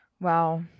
Wow